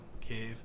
cave